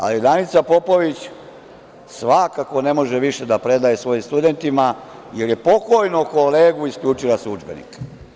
Ali, Danica Popović svakako ne može više da predaje svojim studentima, jer je pokojnog kolegu isključila sa udžbenika.